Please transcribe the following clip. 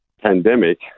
pandemic